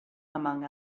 among